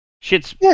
shit's